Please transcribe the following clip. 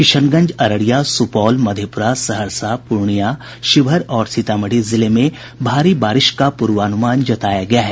किशनगंज अररिया सुपौल मधेपुरा सहरसा पूर्णियां शिवहर और सीतामढ़ी जिले में भारी बारिश का पूर्वानुमान जताया गया है